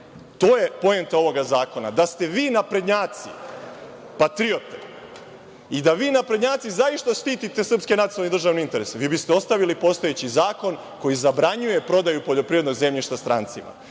To je poenta ovog zakona. Da ste vi naprednjaci patriote i da vi naprednjaci zaista štitite srpske, nacionalne i državne interese, vi biste ostavili postojeći zakon koji zabranjuje prodaju poljoprivrednog zemljišta strancima.